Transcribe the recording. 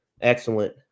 excellent